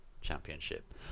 Championship